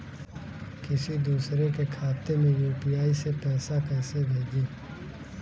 किसी दूसरे के खाते में यू.पी.आई से पैसा कैसे भेजें?